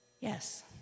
yes